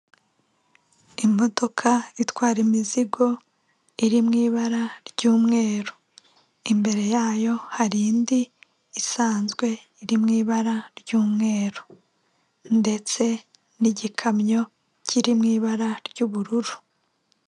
Imodoka itwara imizigo iri mu ibara ry'umweru, imbere yayo hari indi isanzwe iri mu ibara ry'umweru ndetse n'igikamyo kiri mu ibara ry'ubururu.